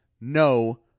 no